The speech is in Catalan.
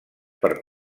per